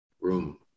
room